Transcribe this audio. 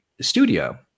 studio